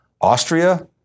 Austria